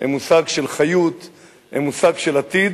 מושג של חיות, מושג של עתיד.